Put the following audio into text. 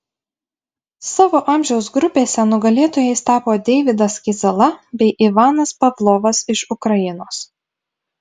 savo amžiaus grupėse nugalėtojais tapo deividas kizala bei ivanas pavlovas iš ukrainos